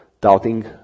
doubting